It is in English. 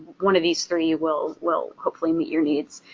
one of these three will will hopefully meet your needs.